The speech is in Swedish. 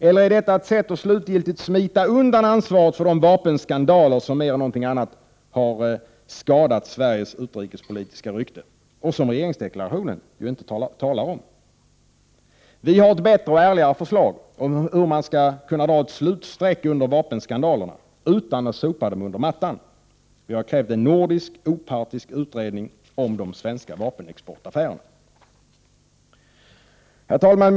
Eller är detta ett sätt att slutgiltigt smita undan ansvaret för de vapenskandaler som mer än något annat har skadat Sveriges utrikespolitiska rykte och som regeringsdeklarationen ju inte talar om? Vi har ett bättre och ärligare förslag om hur man skall kunna nu dra ett slutstreck under vapenskandalerna utan att sopa dem under mattan. Vi har krävt en nordisk opartisk utredning om de svenska vapenexportaffärerna. Herr talman!